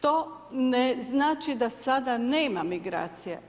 To ne znači da sada nema migracija.